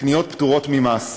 קניות פטורות ממס.